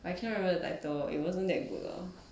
but I can't remember the title it wasn't that good lah